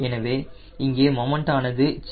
எனவே இங்கே மொமண்ட் ஆனது 0